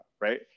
right